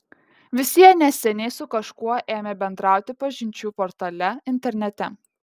visi jie neseniai su kažkuo ėmė bendrauti pažinčių portale internete